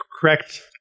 correct